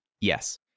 Yes